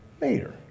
later